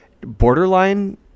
borderline